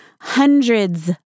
hundreds